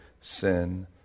sin